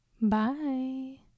bye